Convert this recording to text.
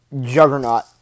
juggernaut